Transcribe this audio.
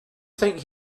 think